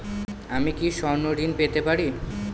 আমি কি স্বর্ণ ঋণ পেতে পারি?